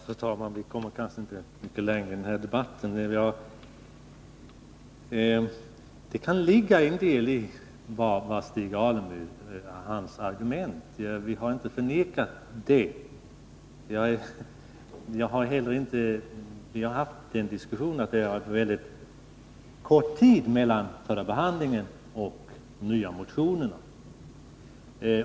Fru talman! Vi kommer kanske inte mycket längre i den här debatten. Det kan ligga en del i Stig Alemyrs argument — vi har inte förnekat det. Vi har diskuterat att det var kort tid mellan den förra behandlingen och de nya motionerna.